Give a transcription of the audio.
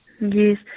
Yes